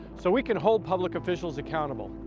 so we can hold public officials accountable.